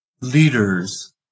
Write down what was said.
leaders